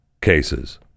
cases